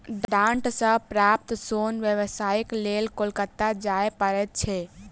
डांट सॅ प्राप्त सोन व्यवसायक लेल कोलकाता जाय पड़ैत छै